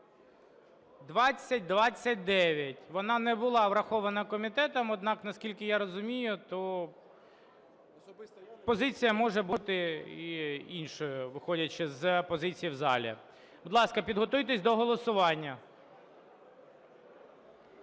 2029. Вона не була врахована комітетом. Однак, наскільки я розумію, то позиція може бути і іншою, виходячи з позиції в залі. Будь ласка, підготуйтесь до голосування.